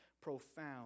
profound